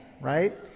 right